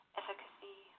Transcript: efficacy